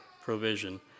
provision